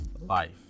life